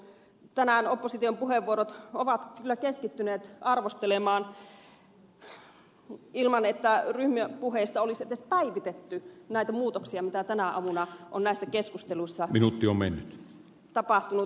tänään opposition puheenvuorot ovat kyllä keskittyneet arvostelemaan ilman että ryhmäpuheissa olisi edes päivitetty näitä muutoksia joita tänä aamuna on näiden keskustelujen aikana tapahtunut